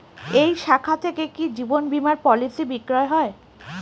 এই শাখা থেকে কি জীবন বীমার পলিসি বিক্রয় হয়?